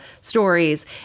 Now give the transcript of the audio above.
stories